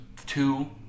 Two